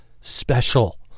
special